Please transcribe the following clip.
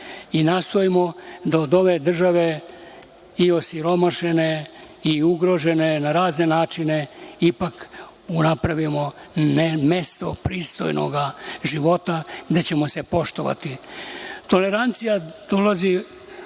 i nastojmo da od ove države, osiromašene i ugrožene na razne načine, ipak napravimo mesto pristojnoga života, jer onda ćemo se poštovati. Tolerancija dolazi